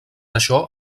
això